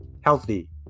healthy